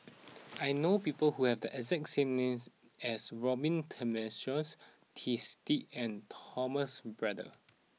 I know people who have the exact name as Robin Tessensohn Twisstii and Thomas Braddell